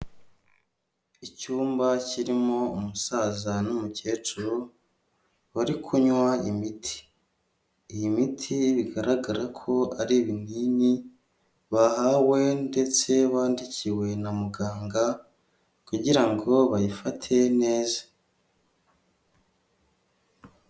Icyumba kirimo umusaza n'umukecuru, bari kunywa imiti, iyi miti bigaragara ko ari ibinini bahawe ndetse bandikiwe na muganga kugira ngo bayifate neza.